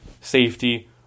safety